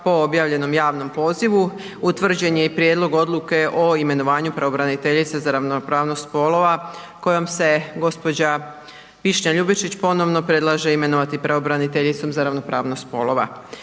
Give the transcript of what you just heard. po objavljenom javnom pozivu utvrđen je i Prijedlog odluke o imenovanju pravobraniteljice za ravnopravnost spolova kojom se gđa. Višnja Ljubičić ponovno predlaže imenovati pravobraniteljicom za ravnopravnost spolova.